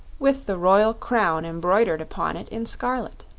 with the royal crown embroidered upon it in scarlet.